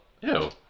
Ew